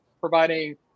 providing